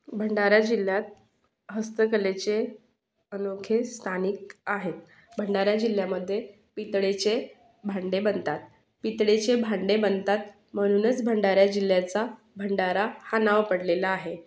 भंडारा जिल्ह्यात हस्तकलेचे अनोखे स्थानिक आहेत भंडारा जिल्ह्यामध्ये पितळेचे भांडे बनतात पितळेचे भांडे बनतात म्हणूनच भंडारा जिल्ह्याचा भंडारा हा नाव पडलेला आहे